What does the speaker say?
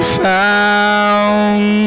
found